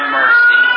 mercy